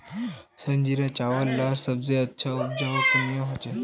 संजीरा चावल लार सबसे अच्छा उपजाऊ कुनियाँ होचए?